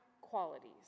qualities